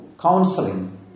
counseling